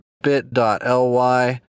bit.ly